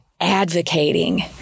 advocating